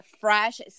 fresh